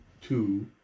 two